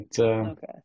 Okay